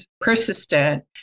persistent